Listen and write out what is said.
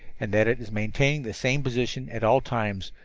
and that it is maintaining the same position at all times,